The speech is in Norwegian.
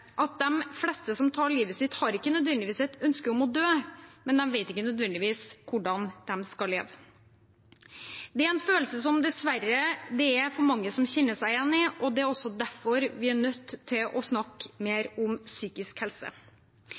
at de fleste som tar livet sitt, ikke nødvendigvis har et ønske om å dø, men de vet ikke nødvendigvis hvordan de skal leve. Det er en følelse som det dessverre er for mange som kjenner seg igjen i, og det er også derfor vi er nødt til å snakke mer om psykisk helse.